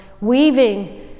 weaving